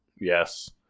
yes